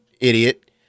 idiot